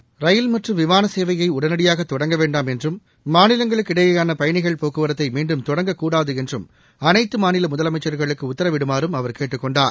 வேண்டாம் ரயில் மற்றும் விமானசேவையைஉடனடியாகதொடங்க என்றம் மாநிலங்களுக்கிடையேயானபயணிகள் போக்குவரத்தைமீண்டும் தொடங்கக் கூடாகுஎன்றம் அனைத்தமாநிலமுதலமைச்சா்களுக்குஉத்தரவிடுமாறும் அவர் கேட்டுக் கொண்டார்